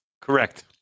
correct